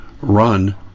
run